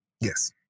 Yes